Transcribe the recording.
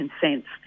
consents